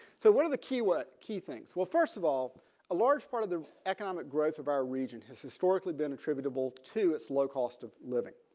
so what are the key what key things. well first of all a large part of the economic growth of our region has historically been attributable to its low cost of living.